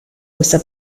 questa